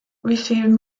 received